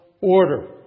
order